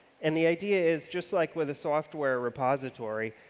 and the idea is just like with a software repository,